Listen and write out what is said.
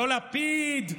לא לפיד,